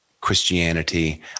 Christianity